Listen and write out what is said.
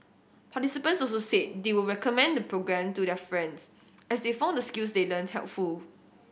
participants also said they would recommend the programme to their friends as they found the skills they learnt helpful